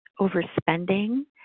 overspending